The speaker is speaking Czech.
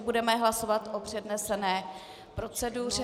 Budeme hlasovat o přednesené proceduře.